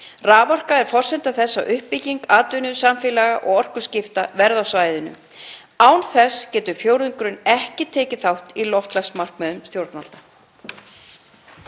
Raforka er forsenda þess að uppbygging atvinnu, samfélaga og orkuskipta verði á svæðinu. Án þess getur fjórðungurinn ekki tekið þátt í loftslagsmarkmiðum stjórnvalda.